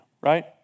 right